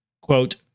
Quote